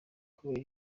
kubera